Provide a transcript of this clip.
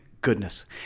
goodness